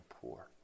poor